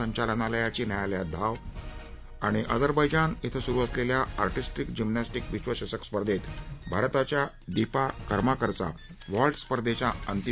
संचालनालयाची न्यायालयात धाव अजरबत्तीनमधे सुरु असलेल्या आर्टिस्टीक जिम्नॅस्टीक विश्वचषक स्पर्धेत भारताच्या दीपा करमाकरचा व्हॉल्ट स्पर्धेच्या अंतिम